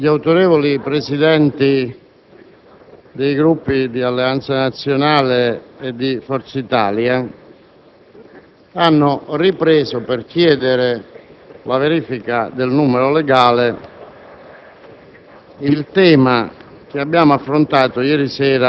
Presidente, gli autorevoli Presidenti dei Gruppi di Alleanza Nazionale e di Forza Italia hanno ripreso, per chiedere la verifica del numero legale,